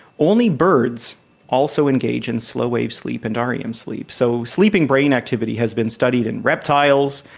only birds also engage in slow wave sleep and rem sleep. so sleeping brain activity has been studied in reptiles,